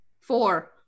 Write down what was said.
four